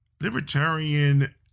libertarian